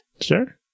Sure